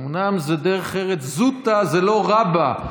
אומנם זו דרך ארץ זוטא ולא רבא,